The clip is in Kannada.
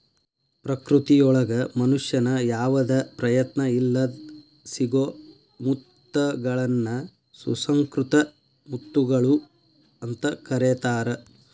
ಪ್ರಕೃತಿಯೊಳಗ ಮನುಷ್ಯನ ಯಾವದ ಪ್ರಯತ್ನ ಇಲ್ಲದ್ ಸಿಗೋ ಮುತ್ತಗಳನ್ನ ಸುಸಂಕೃತ ಮುತ್ತುಗಳು ಅಂತ ಕರೇತಾರ